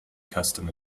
custom